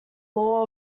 law